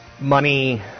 Money